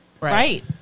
Right